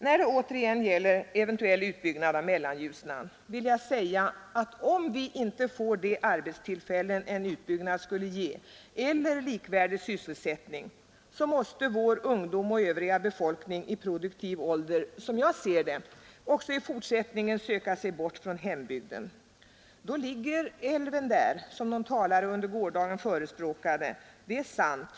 När det återigen gäller eventuell utbyggnad av Mellanljusnan vill jag säga, att om vi inte får de arbetstillfällen en utbyggnad skulle ge eller likvärdig selsättning, så måste vår ungdom och övriga befolkning i produktiv ålder, som jag ser det, också i fortsättningen söka sig bort från hembygden. Då ligger älven där, som någon talare under gårdagen yttrade, och det är sant.